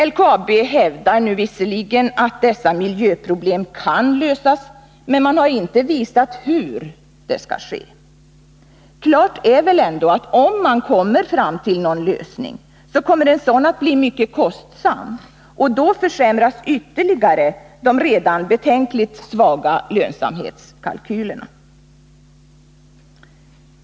LKAB hävdar nu visserligen att dess miljöproblem kan lösas, men man har inte visat hur det skall ske. Klart är väl ändå att om man kommer fram till någon lösning, så kommer en sådan att bli mycket kostsam, och då försämras ytterligare de redan betänkligt svaga lönsamhetskalkylerna.